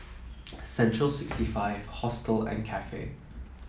Central sixty five Hostel and Cafe